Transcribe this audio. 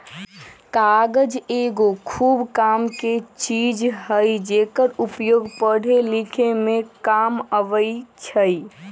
कागज एगो खूब कामके चीज हइ जेकर उपयोग पढ़े लिखे में काम अबइ छइ